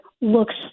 looks